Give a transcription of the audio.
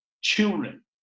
children